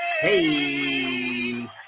Hey